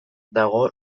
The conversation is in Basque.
dago